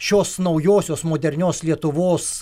šios naujosios modernios lietuvos